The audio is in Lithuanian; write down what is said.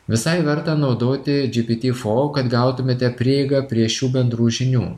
visai verta naudoti gpt four kad gautumėte prieigą prie šių bendrų žinių